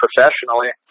professionally